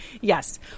Yes